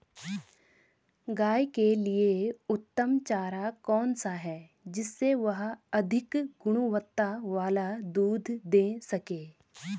गाय के लिए उत्तम चारा कौन सा है जिससे वह अधिक गुणवत्ता वाला दूध दें सके?